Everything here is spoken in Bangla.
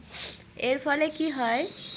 এর ফলে কি হয়